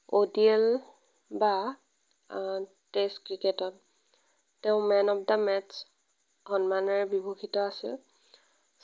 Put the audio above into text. অ'ডিএল বা টেষ্ট ক্ৰিকেটত তেওঁ মেন অব দ্যা মেটচ্ সন্মানেৰে বিভূষিত আছে